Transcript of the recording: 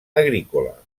agrícola